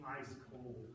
ice-cold